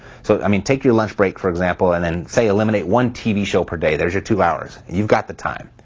so i mean take your lunch break for examples and then say eliminate one tv show per day. there's your two hours. you've got the time.